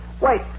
Wait